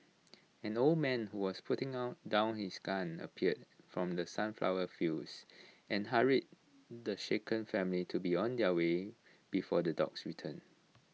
an old man who was putting on down his gun appeared from the sunflower fields and hurried the shaken family to be on their way before the dogs return